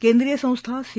केंद्रीय संस्था सी